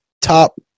top